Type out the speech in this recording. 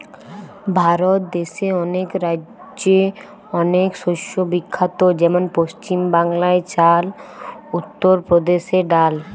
ভারত দেশে অনেক রাজ্যে অনেক শস্য বিখ্যাত যেমন পশ্চিম বাংলায় চাল, উত্তর প্রদেশে ডাল